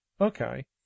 Okay